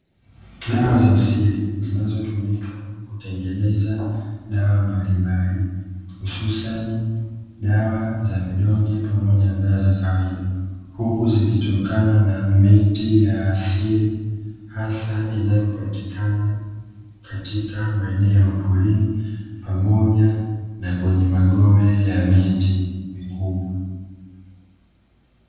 Dawa za asili zinazotumika kutengeneza dawa mbalimbali hususani dawa za vidonge pamoja na dawa za kawaida, huku zikitokana na miti ya asili hasa inayopatikana katika maeneo ya porini pamoja na magome ya miti mikubwa.